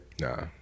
nah